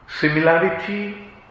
Similarity